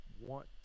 want